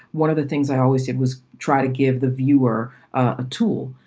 one of the things i always did was try to give the viewer a tool.